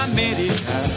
America